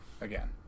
Again